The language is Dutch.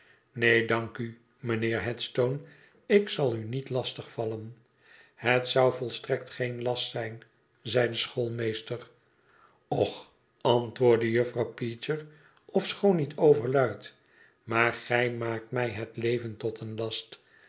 neen dank u mijnheer headstone ik zal u niet lastig vallen het zou volstrekt geen last zijn zei de schoolmeester och antwoordde juffrouw peecher ofschoon niet overluid maar gij maakt mij het leven tot een last